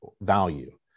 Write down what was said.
value